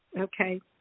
Okay